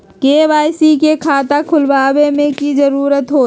KYC के खाता खुलवा में की जरूरी होई?